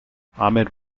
ahmed